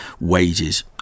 wages